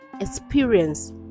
experience